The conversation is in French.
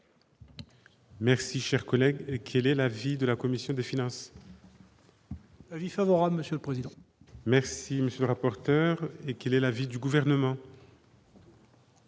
Merci, cher collègue, et quel est l'avis de la commission des finances. Avis favorable, Monsieur le Président. Merci monsieur rapporteur et quel est l'avis du gouvernement.